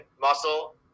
muscle